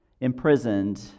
imprisoned